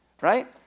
Right